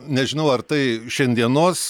nežinau ar tai šiandienos